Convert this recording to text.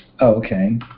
Okay